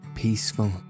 peaceful